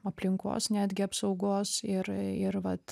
aplinkos netgi apsaugos ir ir vat